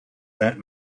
that